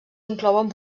inclouen